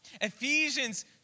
Ephesians